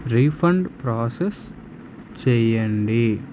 refund process చేయండి